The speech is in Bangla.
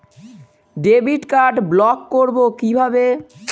ডেবিট কার্ড ব্লক করব কিভাবে?